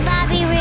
Bobby